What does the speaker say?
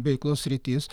veiklos sritis